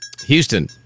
Houston